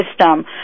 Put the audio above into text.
system